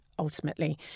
Ultimately